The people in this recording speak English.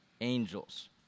Angels